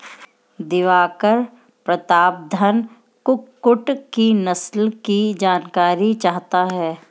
दिवाकर प्रतापधन कुक्कुट की नस्लों की जानकारी चाहता है